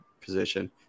position